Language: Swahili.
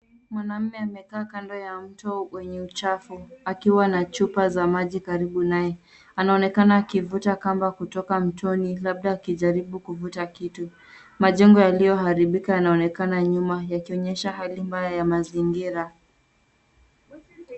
Mwanaume amekaa kando wa mto wenye uchafu akiwa na chupa za maji karibu naye. Anaonekana akivuta kamba kutoka mtoni, labda akijaribu kuvuta kitu. Majengo yaliyoharibika yanaonekana nyuma yakionyesha hali mbaya ya mazingira.